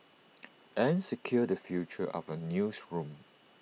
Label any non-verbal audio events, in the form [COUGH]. [NOISE] and secure the future of our newsroom